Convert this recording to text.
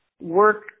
work